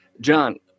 John